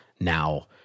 now